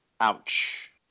Ouch